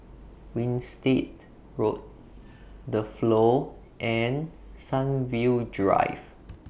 Winstedt Road The Flow and Sunview Drive